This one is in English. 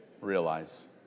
realize